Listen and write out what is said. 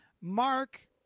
Mark